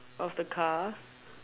of the car